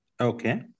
Okay